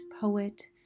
poet